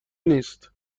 نیست